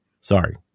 sorry